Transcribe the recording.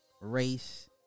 race